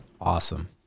Awesome